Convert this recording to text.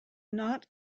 not